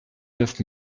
neuf